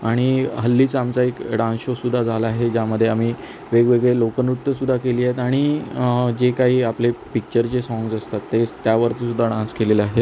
आणि हल्लीच आमचा एक डान्स शो सुद्धा झाला आहे ज्यामध्ये आम्ही वेगवेगळे लोकनृत्य सुद्धा केली आहेत आणि जे काही आपले पिच्चरचे सॉंग्ज असतात तेच त्यावरती सुद्धा डान्स केलेला आहे